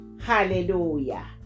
hallelujah